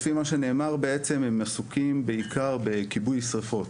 לפי מה שנאמר בעצם הם עסוקים בעיקר בכיבוי שרפות,